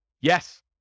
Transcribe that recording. Yes